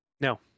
No